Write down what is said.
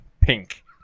pink